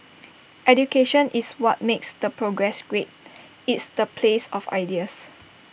education is what makes the progress great it's the place of ideas